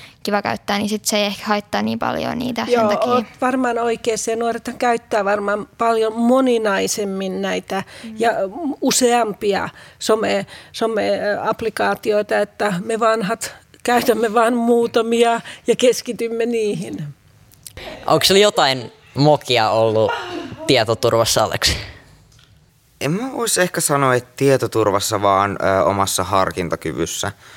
kiva käyttää, niin sit se ei ehkä haittaa niin paljon niitä Joo, sen takia. oot varmaan oikeassa, ja nuorethan käyttää varmaan paljon moninaisemmin näitä Mm. ja m- useampia some- some, ö, applikaatioita, että me vanhat käytämme Mm. vaan muutamia ja keskitymme niihin. Onks sulla jotain mokia ollut tietoturvassa, Aleksi? En mä vois ehkä sanoa, että tietoturvassa, vaan, ö, omassa harkintakyvyssä.